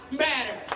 matter